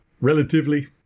relatively